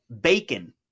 Bacon